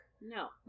No